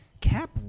Cap